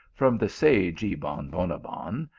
from the sage ebon bonabbon,